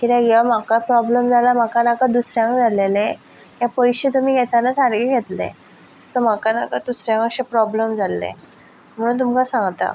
कित्याक हें म्हाका प्रोब्लेम जाला म्हाका नाका दुसऱ्यांक जालेल्ले हे पयशे तुमी घेताना सारके घेतले सो म्हाका नाका दुसऱ्यांक अशें प्रोब्लेम जाल्ले म्हण तुमकां सांगता